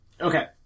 Okay